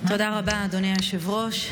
תודה רבה, אדוני היושב-ראש.